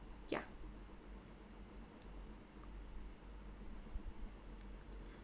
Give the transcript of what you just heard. ya